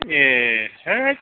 ए है